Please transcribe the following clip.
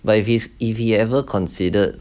but if he's if he ever considered